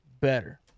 better